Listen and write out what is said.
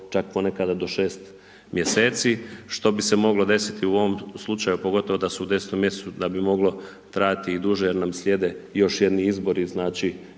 čak ponekada do 6 mjeseci, što bi se moglo desiti u ovom slučaju, pogotovo da su u 10 mjesecu, da bi moglo trajati i duže jer nam slijede još jedni izbori